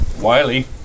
Wiley